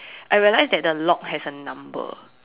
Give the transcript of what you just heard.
I realized that the lock has a number